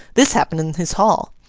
this happened in his hall.